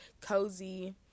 cozy